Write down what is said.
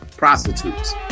prostitutes